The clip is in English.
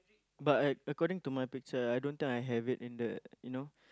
but uh according to my picture I don't think I have it in the you know